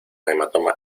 hematoma